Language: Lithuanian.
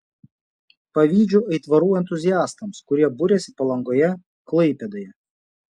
pavydžiu aitvarų entuziastams kurie buriasi palangoje klaipėdoje